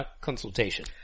consultation